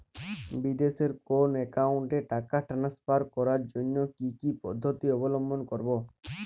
বিদেশের কোনো অ্যাকাউন্টে টাকা ট্রান্সফার করার জন্য কী কী পদ্ধতি অবলম্বন করব?